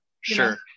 sure